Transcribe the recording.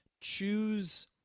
choose